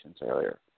earlier